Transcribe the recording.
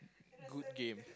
good game